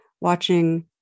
watching